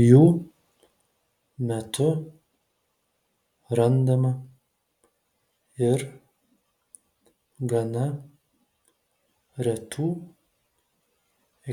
jų metu randama ir gana retų